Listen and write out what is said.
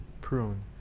Prune